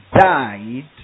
died